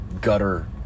gutter